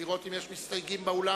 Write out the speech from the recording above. לראות אם יש מסתייגים באולם.